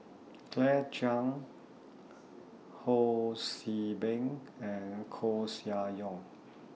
Claire Chiang Ho See Beng and Koeh Sia Yong